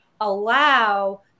allow